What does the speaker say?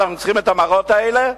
אנחנו צריכים את המראות האלה,